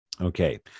Okay